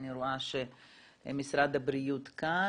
אני רואה שמשרד הבריאות כאן.